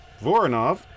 voronov